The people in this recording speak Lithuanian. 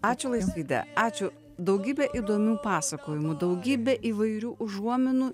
ačiū laisvyde ačiū daugybę įdomių pasakojimų daugybę įvairių užuominų